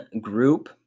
group